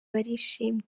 barishimye